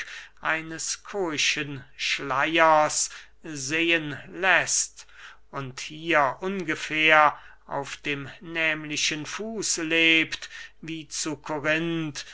eines koischen schleyers sehen läßt und hier ungefähr auf den nehmlichen fuß lebt wie zu